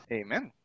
Amen